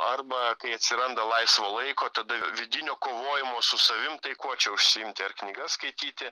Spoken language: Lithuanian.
arba kai atsiranda laisvo laiko tada vidinio kovojimo su savim tai kuo čia užsiimti ar knygas skaityti